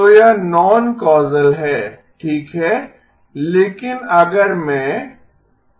तो यह नॉन कौसल है ठीक है लेकिन अगर मैं करता हूं